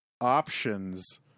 options